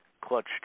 clutch